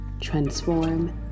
transform